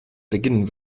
beginnen